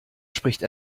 spricht